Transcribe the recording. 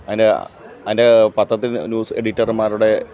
അയിൻ്റെ അയിൻ്റെ പത്രത്തിൻ്റെ ന്യൂസ് എഡിറ്റർമാരുടെ